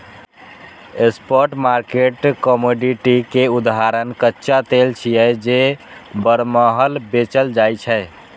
spot market commodity के उदाहरण कच्चा तेल छियै, जे बरमहल बेचल जाइ छै